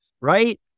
Right